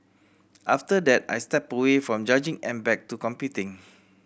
after that I stepped away from judging and back to competing